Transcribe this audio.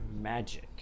magic